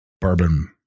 bourbon